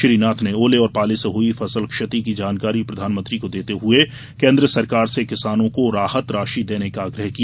श्री नाथ ने ओले और पाले से हुई फसल क्षति की जानकारी प्रधानमंत्री को देते हुए केन्द्र सरकार से किसानों को राहत राशि देने का आग्रह किया